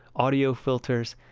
audio filters.